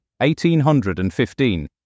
1815